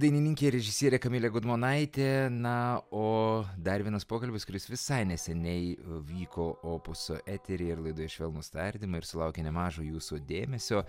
dainininkė režisierė kamilė gudmonaitė na o dar vienas pokalbis kuris visai neseniai vyko opuso eteryje ir laidoje švelnūs tardymai ir sulaukė nemažo jūsų dėmesio